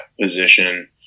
position